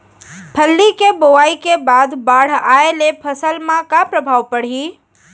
फल्ली के बोआई के बाद बाढ़ आये ले फसल मा का प्रभाव पड़ही?